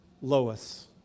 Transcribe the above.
Lois